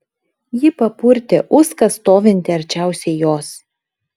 ji papurtė uską stovintį arčiausiai jos